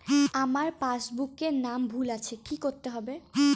আমার পাসবুকে নাম ভুল আছে কি করতে হবে?